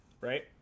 right